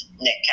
Nick